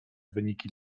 wyniki